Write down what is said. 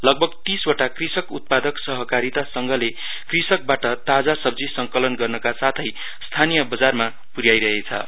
लगभग तीसवटा कृषक उत्पादरक सहकारीता संघले कृषकबाट ताजा सब्जी संकलन गर्नका साथै स्थानीय बजारमा पुर्याइ रहेछन्